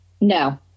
No